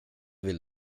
vill